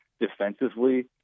defensively